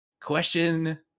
Question